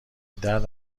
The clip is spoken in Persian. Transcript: درد